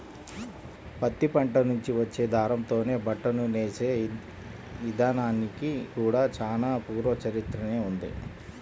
పత్తి పంట నుంచి వచ్చే దారంతోనే బట్టను నేసే ఇదానానికి కూడా చానా పూర్వ చరిత్రనే ఉంది